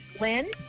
Lynn